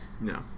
No